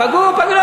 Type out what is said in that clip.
פגעו, פגעו, פגעו.